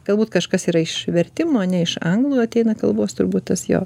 galbūt kažkas yra iš vertimo ane iš anglų ateina kalbos turbūt tas jo